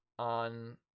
On